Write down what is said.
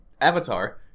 Avatar